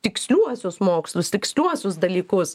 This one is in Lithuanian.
tiksliuosius mokslus tiksliuosius dalykus